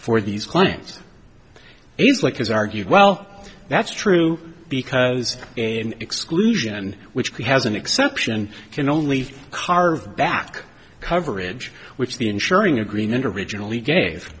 for these clients he's like has argued well that's true because exclusion which he has an exception can only carve back coverage which the ensuring agreement originally gave